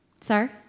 Sir